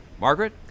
Margaret